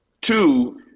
two